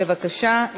בבקשה.